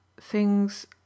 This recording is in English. Things